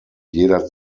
jeder